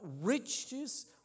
riches